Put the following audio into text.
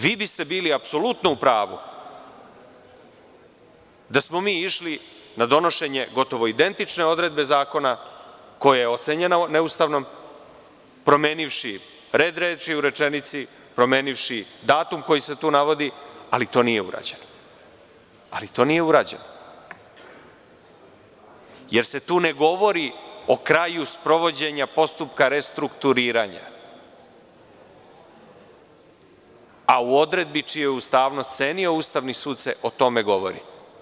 Vi biste bili apsolutno u pravu da smo mi išli na donošenje gotovo identične odredbe zakona koja je ocenjena neustavnom promenivši red reči u rečenici, promenivši datum koji se tu navodi, ali to nije urađeno, jer se tu ne govori o kraju sprovođenja postupka restrukturiranja, a u odredbi čiju je ustavnost cenio Ustavni sud se o tome govori.